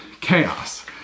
chaos